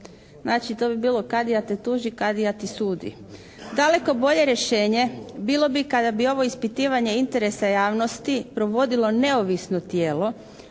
Znači, to bi bilo Kadija te tuži, Kadija ti sudi. Daleko bolje rješenje bilo bi kada bi ovo ispitivanje interesa javnosti provodilo neovisno tijelo.